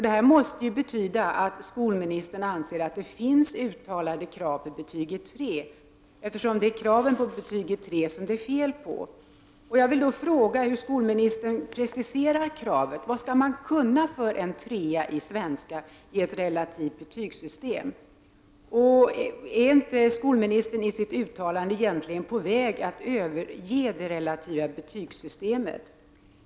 Detta måste betyda att skolministern anser att det finns uttalade krav för betyget tre, eftersom det är kraven för betyget tre som det är fel på. Jag vill då fråga hur skolministern preciserar kraven. Vad skall man kunna för en trea i svenska i ett relativt betygssystem? Är inte skolministern i sitt uttalande egentligen på väg att överge det relativa betygssystemet?